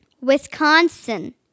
Wisconsin